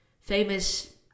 famous